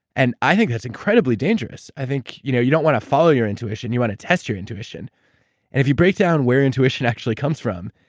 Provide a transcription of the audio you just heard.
and i think that's incredibly dangerous. i think, you know you don't want to follow your intuition, you want to test your intuition and if you break down where intuition actually comes from,